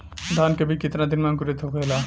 धान के बिज कितना दिन में अंकुरित होखेला?